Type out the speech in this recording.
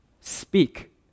speak